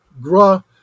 gra